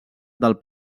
del